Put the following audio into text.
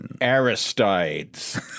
Aristides